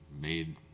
made